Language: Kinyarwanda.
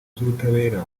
z’ubutabera